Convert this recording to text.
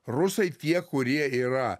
rusai tie kurie yra